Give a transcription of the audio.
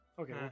okay